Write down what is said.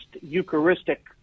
Eucharistic